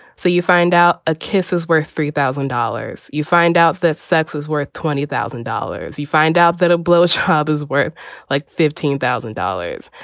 so you find out a kiss is worth three thousand dollars. you find out that sex is worth twenty thousand dollars. you find out that a blowjob is worth like fifteen thousand dollars.